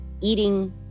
eating